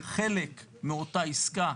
חלק מאותה עסקה,